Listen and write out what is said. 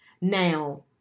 Now